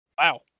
Wow